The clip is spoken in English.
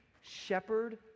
shepherd